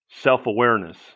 self-awareness